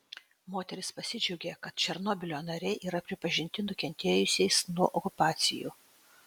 moteris pasidžiaugė kad černobylio nariai yra pripažinti nukentėjusiais nuo okupacijų